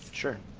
sure,